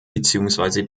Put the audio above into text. beziehungsweise